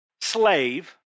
slave